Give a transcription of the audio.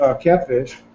catfish